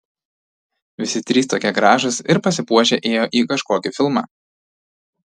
visi trys tokie gražūs ir pasipuošę ėjo į kažkokį filmą